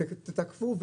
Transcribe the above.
תתקפו,